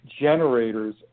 generators